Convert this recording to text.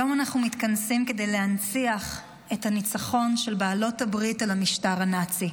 מתכנסים כדי להנציח את הניצחון של בעלות הברית על המשטר הנאצי,